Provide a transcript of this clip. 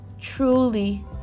truly